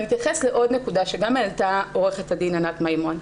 ואתייחס לעוד נקודה שגם העלתה עו"ד ענת מימון.